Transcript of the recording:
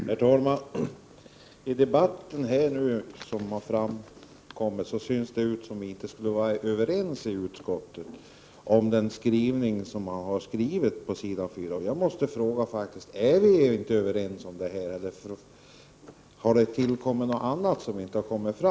Herr talman! Av debatten verkar det som om ni inte skulle vara överens i utskottet om det ni har skrivit på s. 4. Jag måste faktiskt fråga: Är ni överens om det som står där, eller har det tillkommit något annat sedan detta skrevs?